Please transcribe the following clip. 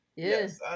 Yes